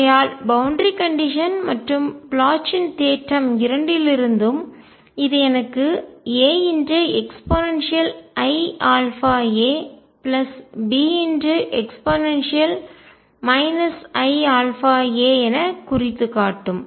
ஆகையால் boundary condition எல்லை நிபந்தனை மற்றும் ப்ளொச்சின் தேற்றம் இரண்டிலிருந்தும் இது எனக்கு AeiαaBe iαa என குறித்துக்காட்டும்